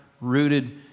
rooted